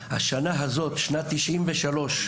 שנת 1993,